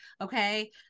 Okay